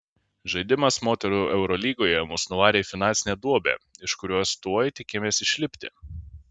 žaidimas moterų eurolygoje mus nuvarė į finansinę duobę iš kurios tuoj tikimės išlipti